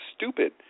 stupid